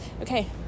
okay